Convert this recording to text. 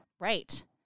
Right